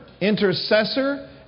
intercessor